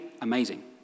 Amazing